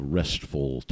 restful